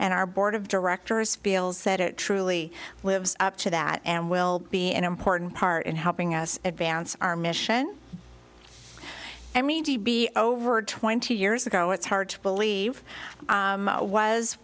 and our board of directors feels that it truly lives up to that and will be an important part in helping us advance our mission i mean to be over twenty years ago it's hard to believe i was